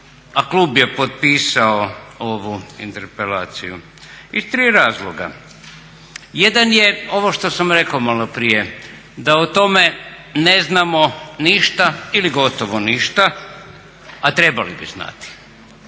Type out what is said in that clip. a klub je potpisao ovu interpelaciju? Iz tri razloga. Jedan je ovo što sam rekao maloprije da o tome ne znamo ništa ili gotovo ništa, a trebali bi znati.